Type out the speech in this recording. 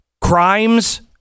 crimes